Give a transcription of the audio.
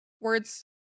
words